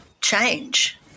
change